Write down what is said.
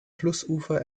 flussufer